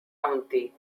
county